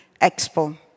expo